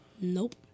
Nope